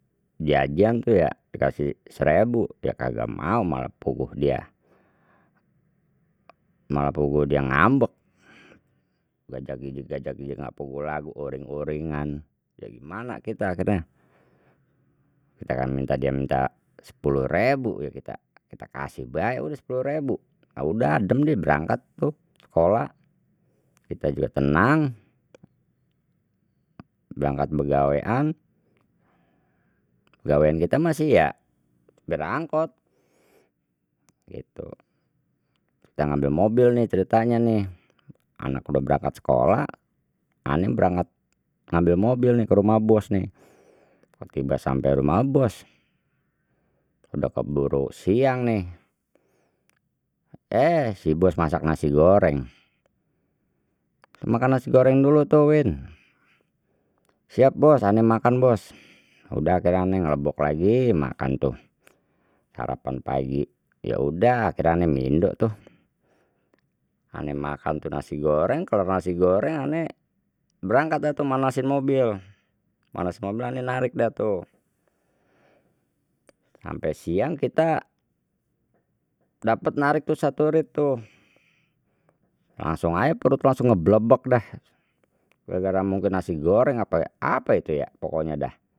Jajan tu ya dikasih serebu ya kagak mau malah puguh dia malah puguh dia ngambek gajag gijig gajag gijig nggak puguh lagu uring uringan gimana kita akhirnya sedangkan minta dia minta sepuluh rebu ya kita kita kasih bae udah sepuluh rebu ya udah adem die berangkat tu sekolah kita juga tenang berangkat begawean gawean kita mah sih ya sopir angkot gitu, kita ngambil mobil nih ceritanya nih anak udah berangkat sekolah ane berangkat ngambil mobil nih kerumah bos nih tetiba sampai rumah bos, udah keburu siang nih eh si bos masak nasi goreng, makan nasi goreng dulu tu win, siap bos ane makan bos udah akhirnya ane nglebok lagi makan tuh sarapan pagi ya udah akhirnya ane mindo tuh, ane makan tu nasi goreng kelar nasi goreng ane berangkat dah tuh manasin mobil, manasin mobil ane narik dah tu sampai siang kita dapet narik tu satu rit tu, langsung aje perut langsung ngeblebek dah gara gara mungkin nasi goreng apa ya apa itu ya pokoknya dah.